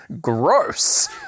gross